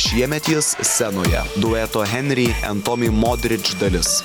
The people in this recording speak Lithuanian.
šiemet jis scenoje dueto henri en tomi modridž dalis